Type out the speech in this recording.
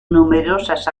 numerosas